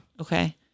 Okay